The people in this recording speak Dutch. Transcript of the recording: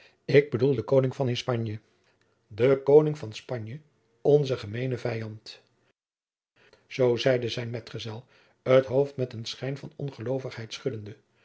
ik bedoel den koning van panje onzen gemeenen vijand oo zeide zijn medgezel het hoofd met een schijn van ongelovigheid schuddende